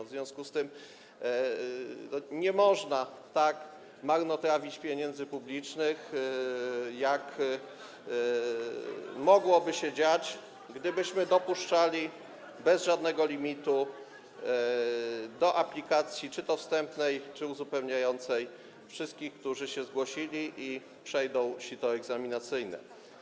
W związku z tym nie można tak marnotrawić pieniędzy publicznych, a mogłoby się tak dziać, gdybyśmy dopuszczali bez żadnego limitu do aplikacji czy to wstępnej, czy to uzupełniającej wszystkich, którzy się zgłosili i przejdą sito egzaminacyjne.